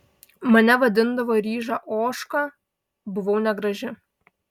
mane vadindavo ryža ožka buvau negraži